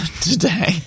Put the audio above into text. today